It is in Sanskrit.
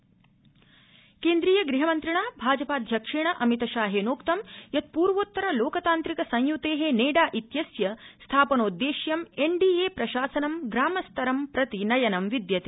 अमितशाह केन्द्रीय गृहमन्त्रिणा भाजपा अध्यक्षेण अमित शाहेनोक्तं यत् पूर्वोत्तर लोकतान्त्रिक संयुते नेडा इत्यस्य स्थापनोदेश्यम् एन डी ए प्रशासनं ग्राम स्तरं प्रति नयनं विद्यते